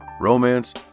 romance